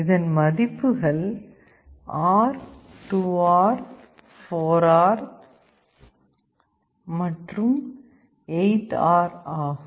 இதன் மதிப்புகள் R 2R 4R மற்றும் 8R ஆகும்